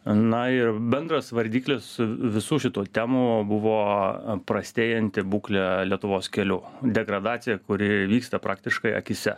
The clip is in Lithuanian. na ir bendras vardiklis visų šitų temų buvo prastėjanti būklė lietuvos kelių degradacija kuri vyksta praktiškai akyse